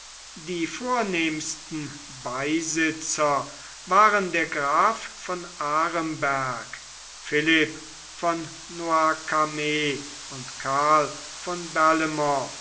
die vornehmsten beisitzer waren der graf von aremberg philipp von noircarmes und karl von